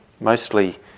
mostly